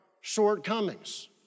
shortcomings